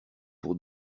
pour